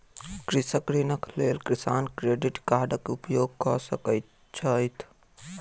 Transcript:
कृषक ऋणक लेल किसान क्रेडिट कार्डक उपयोग कय सकैत छैथ